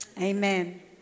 Amen